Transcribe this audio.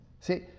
See